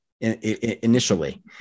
initially